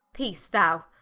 peace thou,